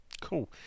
Cool